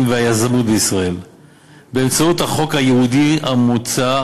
והיזמות בישראל באמצעות החוק הייעודי המוצע,